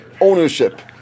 ownership